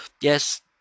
Yes